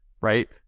right